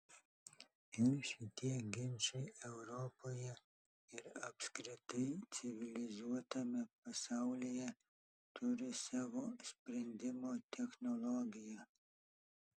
ir šitie ginčai europoje ir apskritai civilizuotame pasaulyje turi savo sprendimo technologiją